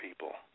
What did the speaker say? people